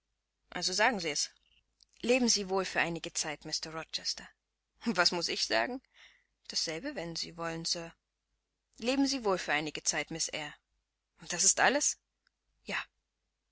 also sagen sie es leben sie wohl für einige zeit mr rochester und was muß ich sagen dasselbe wenn sie wollen sir leben sie wohl für einige zeit miß eyre und ist das alles ja